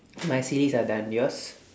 my series are done yours